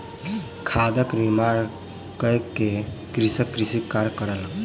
खादक निर्माण कय के कृषक कृषि कार्य कयलक